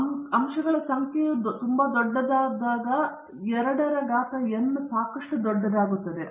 ಮತ್ತು ಅಂಶಗಳ ಸಂಖ್ಯೆಯು ತುಂಬಾ ದೊಡ್ಡದಾದಾಗಲೂ ಸಹ 2 ಪವರ್ n ಸಾಕಷ್ಟು ದೊಡ್ಡದಾಗುತ್ತದೆ